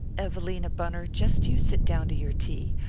evelina bunner, just you sit down to your tea.